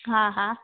हा हा